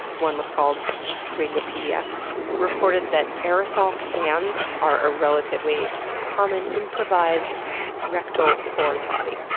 one was called radiopaedia reported that aerosol cans are a relatively common improvised rectal foreign body.